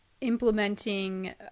implementing